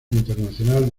internacional